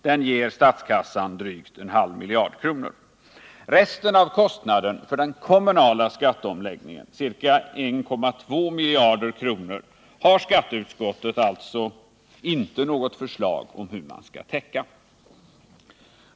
Den ger statskassan drygt 0,5 miljarder kronor. Resten av kostnaden för den kommunala skatteomläggningen — ca 1,2 miljarder kronor — har skatteutskottet alltså inte något förslag om hur man skall täcka.